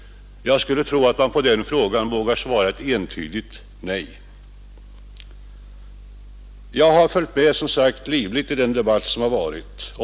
Jag tror att man på den frågan vågar svara ett entydigt nej. Jag har, som sagt, livligt följt med i den debatt som varit.